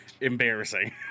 embarrassing